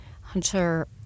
Hunter